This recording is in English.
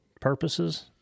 purposes